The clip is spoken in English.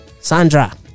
Sandra